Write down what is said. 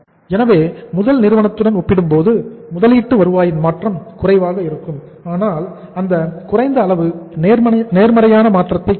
எனவே முதல் நிறுவனத்துடன் ஒப்பிடும்போது முதலீட்டு வருவாயின் மாற்றம் குறைவாக இருக்கும் ஆனால் அந்த குறைந்த அளவு நேர்மறையான மாற்றத்தை குறிக்கும்